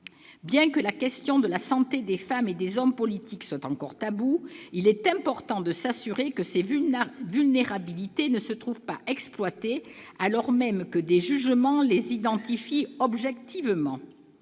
Bien que la question de la santé des femmes et des hommes politiques soit encore taboue, il est important de s'assurer que ces vulnérabilités ne se trouvent pas exploitées alors même que des jugements les identifient objectivement.